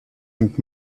and